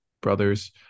brothers